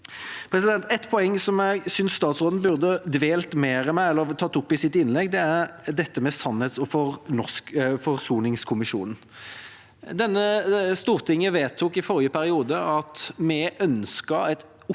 videre. Et poeng jeg synes statsråden burde dvelt mer ved eller tatt opp i sitt innlegg, er dette med sannhets- og forsoningskommisjonen. Stortinget vedtok i forrige periode at vi ønsker et oppgjør